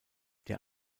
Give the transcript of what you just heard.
der